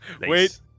wait